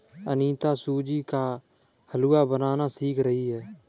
अनीता सूजी का हलवा बनाना सीख रही है